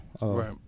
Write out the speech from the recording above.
right